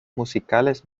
musicales